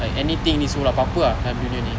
like anything this world pape ah dalam dunia ni